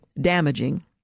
damaging